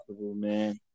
man